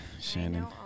shannon